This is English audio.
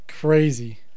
crazy